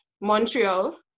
Montreal